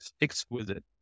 Exquisite